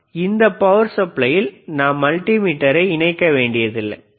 ஆனால் இந்தப் பவர் சப்ளையில் நாம் மல்டிமீட்டரை இணைக்க வேண்டியதில்லை இடதுபுறம்